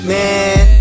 Man